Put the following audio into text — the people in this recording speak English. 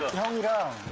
long and